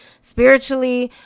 spiritually